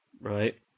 right